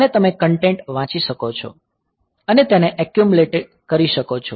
અને તમે કન્ટેન્ટ વાંચી શકો છો અને તેને એક્યુમલેટે કરી શકો છો